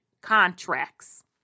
contracts